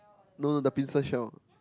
no no the pincer shell